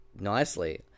nicely